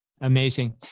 Amazing